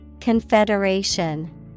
Confederation